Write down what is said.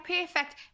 perfect